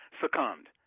succumbed